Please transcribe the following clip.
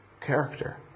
character